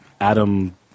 Adam